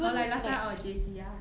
orh like last time our J_C ah